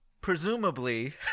presumably